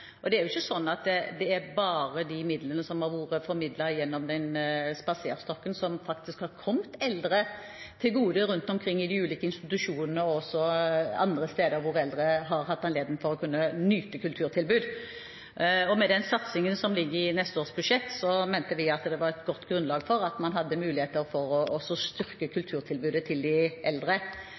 Det er ikke sånn at det bare er de midlene som har vært formidlet gjennom Den kulturelle spaserstokken, som har kommet eldre til gode rundt omkring i de ulike institusjoner og andre steder hvor eldre har hatt anledning til å kunne nyte kulturtilbud. Med den satsingen som ligger i neste års budsjett, mener vi det er et godt grunnlag for å styrke kulturtilbudet til de eldre. Så er det også